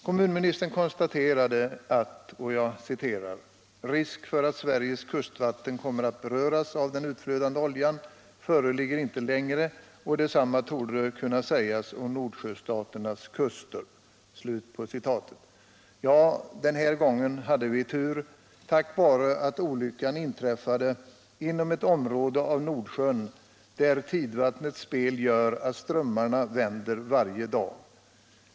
Kommunministern konstaterar i svaret: ”Risk för att Sveriges kustvatten kommer att beröras av den utflödade oljan föreligger inte längre och detsamma torde kunna sägas även om Nordsjöstaternas kuster.” Ja, den här gången hade vi tur tack vare att olyckan inträffade inom ett område av Nordsjön där tidvattnets spel gör att strömmarna vänder varje dag.